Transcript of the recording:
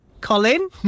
Colin